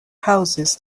houses